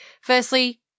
Firstly